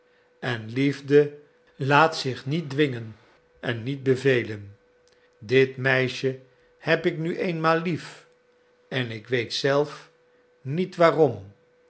en liefde laat zich niet dwingen en niet bevelen dit meisje heb ik nu eenmaal lief en ik weet zelf niet waarom